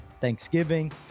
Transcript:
Thanksgiving